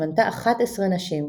שמנתה אחת עשרה נשים,